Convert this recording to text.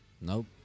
Nope